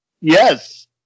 Yes